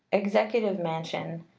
executive mansion,